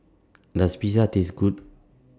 Does Pizza Taste Good